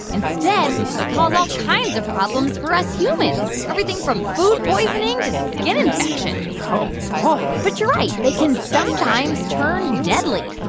instead, they cause all kinds of problems for us humans everything from food poisoning to skin infections oh, boy but you're right. they can sometimes turn deadly,